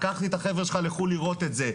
לקחתי את החבר'ה שלך לחו"ל לראות את זה,